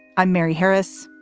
i'm mary harris.